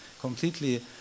completely